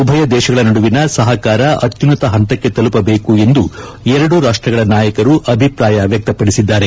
ಉಭಯ ದೇಶಗಳ ನಡುವಿನ ಸಹಕಾರ ಅತ್ಯುನ್ನತ ಹಂತಕ್ಕೆ ತಲುಪಟೇಕು ಎಂದು ಎರಡೂ ರಾಷ್ಲಗಳ ನಾಯಕರು ಅಭಿಪ್ರಾಯ ವ್ಯಕ್ತಪಡಿಸಿದ್ದಾರೆ